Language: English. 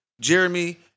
Jeremy